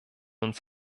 uns